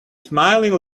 smiling